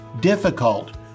difficult